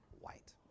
white